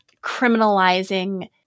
criminalizing